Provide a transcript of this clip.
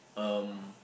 um